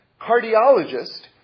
cardiologist